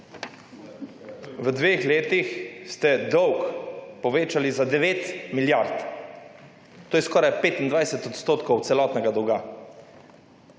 V dveh letih ste dolg povečali za 9 milijard. To je skoraj 25 % celotnega dolga.